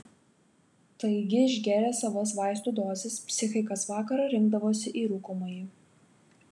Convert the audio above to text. taigi išgėrę savas vaistų dozes psichai kas vakarą rinkdavosi į rūkomąjį